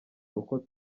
uko